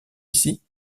ici